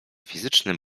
fizyczny